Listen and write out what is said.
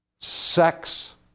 sex